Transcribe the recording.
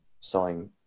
selling